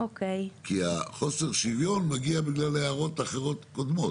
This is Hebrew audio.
כי חוסר השוויון מגיע בגלל הערות אחרות קודמות,